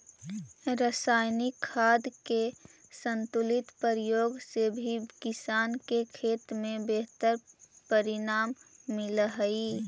रसायनिक खाद के संतुलित प्रयोग से भी किसान के खेत में बेहतर परिणाम मिलऽ हई